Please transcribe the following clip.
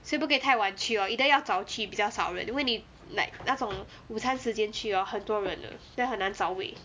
所以不可以太晚去 lor either 要早去比较少人因为你 like 那种午餐时间去 hor 很多人的 then 很难找位